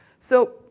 so,